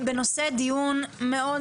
על סדר-היום: חרמות ואלימות בבתי הספר.